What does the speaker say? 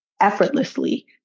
effortlessly